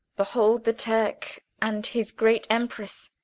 behold the turk and his great emperess!